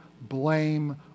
blame